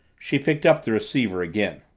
she picked up the receiver again.